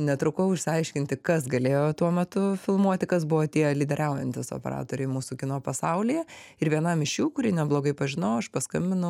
netrukau išsiaiškinti kas galėjo tuo metu filmuoti kas buvo tie lyderiaujantys operatoriai mūsų kino pasaulyje ir vienam iš jų kurį neblogai pažinau aš paskambinau